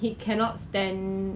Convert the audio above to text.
第一次是黑色的